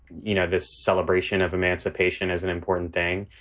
you know, this celebration of emancipation as an important thing.